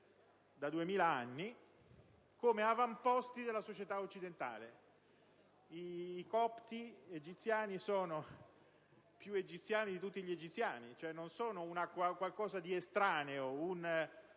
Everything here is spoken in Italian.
da 2.000 anni, come avamposti della società occidentale. I copti egiziani sono più egiziani di tutti gli egiziani: non sono qualcosa di estraneo,